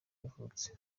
yavutse